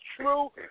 true